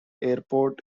airport